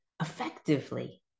effectively